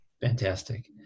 Fantastic